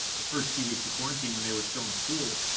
the first few weeks of quarantine when they were still in school,